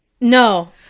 No